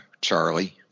Charlie